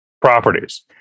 properties